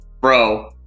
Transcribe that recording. Bro